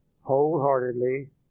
wholeheartedly